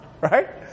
Right